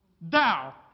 thou